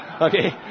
Okay